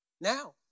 now